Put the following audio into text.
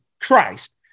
Christ